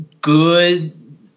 good